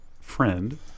friend